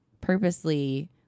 purposely